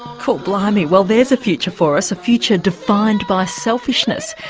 cor blimey well, there's a future for us, a future defined by selfishness.